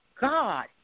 God